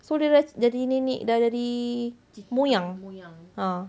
so dia dah jadi nenek dah jadi moyang ha